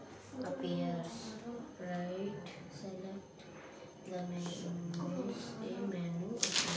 ಸಾಲ ವಾಪಾಸ್ಸು ಮಾಡಬೇಕಂದರೆ ಕೊನಿ ಡೇಟ್ ಕೊಟ್ಟಾರ ಅದನ್ನು ಮುಂದುಕ್ಕ ಹಾಕುತ್ತಾರೇನ್ರಿ?